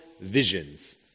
visions